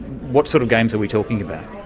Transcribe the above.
what sort of games are we talking about?